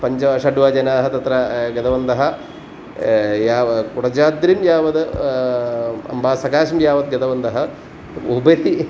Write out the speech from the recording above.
पञ्च षड् वा जनाः तत्र गतवन्तः यावत् कोडजाद्रिं यावद् अम्बासकाशं यावत् गतवन्तः उपरि